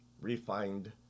refined